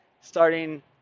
starting